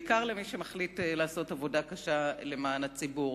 בעיקר למי שמחליט לעשות עבודה קשה למען הציבור.